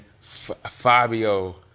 Fabio